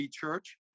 church